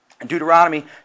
Deuteronomy